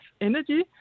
energy